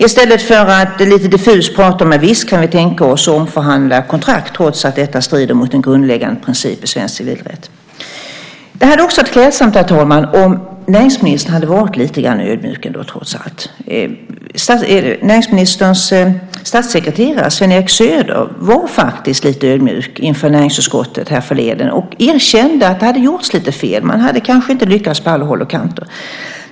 I stället säger man lite diffust: Visst kan vi tänka oss att omförhandla kontrakt, trots att detta strider mot en grundläggande princip i svensk civilrätt. Herr talman! Det hade också varit klädsamt om näringsministern trots allt varit lite ödmjuk. Näringsministerns statssekreterare Sven-Eric Söder var faktisk lite ödmjuk inför näringsutskottet härförleden och erkände att det hade gjorts lite fel. Man hade kanske inte lyckats på alla håll och kanter.